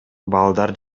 балдар